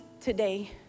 today